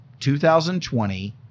2020